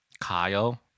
Kyle